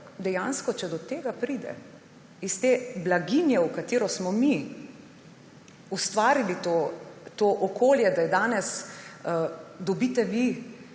dejansko, če do tega pride, iz te blaginje, v katero smo mi ustvarili to okolje, da danes dobite vi